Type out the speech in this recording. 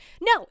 No